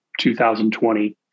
2020